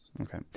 Okay